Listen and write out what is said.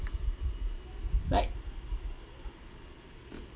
like